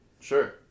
Sure